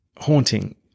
Haunting